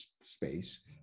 space